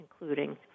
including